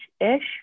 ish